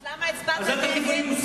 אז למה הצבעת נגד?